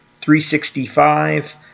365